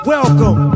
Welcome